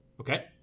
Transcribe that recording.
Okay